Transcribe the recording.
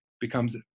becomes